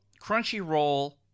Crunchyroll